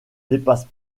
dépasse